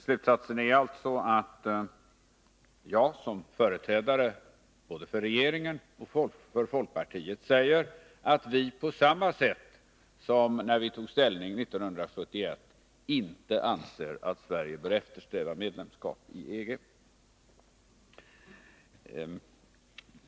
Slutsatsen är alltså att jag som företrädare både för regeringen och för folkpartiet säger att vi precis som 1971 inte anser att Sverige bör eftersträva medlemskap i EG.